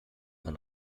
man